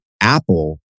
Apple